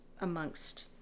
amongst